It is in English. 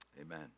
Amen